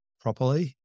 properly